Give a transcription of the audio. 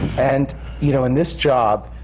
and you know, in this job,